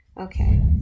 Okay